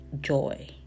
joy